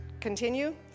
continue